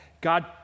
God